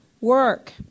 work